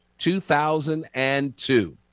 2002